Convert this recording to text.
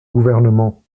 gouvernement